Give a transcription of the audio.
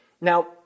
Now